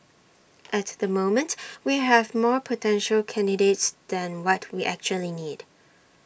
at the moment we have more potential candidates than what we actually need